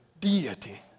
deity